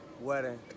wedding